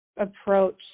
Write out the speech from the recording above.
approach